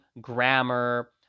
grammar